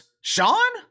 Sean